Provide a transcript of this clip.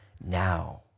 now